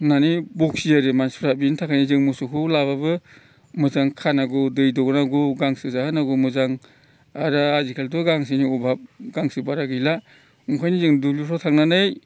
होननानै बखियो आरो मानसिफोरा बिनि थाखायनो जों मोसौखौ लाब्लाबो मोजां खानांगौ दै दौनांगौ गांसो जाहोनांगौ मोजां आरो आजिखालिथ' गांसोनि अभाब गांसोफोर बारा गैला ओंखायनो जों दुब्लिफ्राव थांनानै